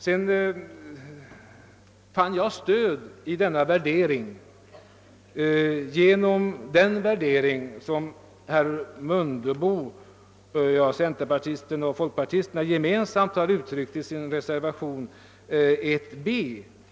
Jag har funnit stöd för min värdering i den uppfattning, som centerpartisterna och folkpartisterna gemensamt har uttryckt i sin reservation 1 b till statsutskottets utlåtande nr 101.